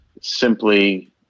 simply